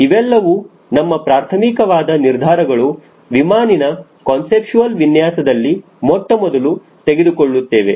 ಇವೆಲ್ಲವೂ ನಮ್ಮ ಪ್ರಾರ್ಥಮಿಕ ವಾದ ನಿರ್ಧಾರಗಳು ವಿಮಾನಿನ್ ಕನ್ಸಿಪ್ಚುವಲ್ ವಿನ್ಯಾಸದಲ್ಲಿ ಮೊಟ್ಟಮೊದಲು ತೆಗೆದುಕೊಳ್ಳುತ್ತೇವೆ